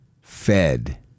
fed